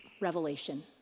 revelation